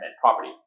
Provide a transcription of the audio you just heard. property